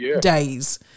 days